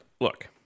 look